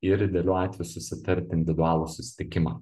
ir idealiu atveju susitart individualų susitikimą